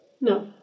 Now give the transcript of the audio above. No